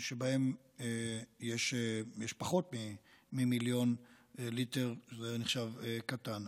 שבהן יש פחות ממיליון ליטר, וזה נחשב קטן.